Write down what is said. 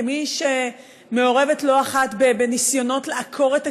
כמי שמעורבת לא אחת בניסיונות לעקור את הגזענות,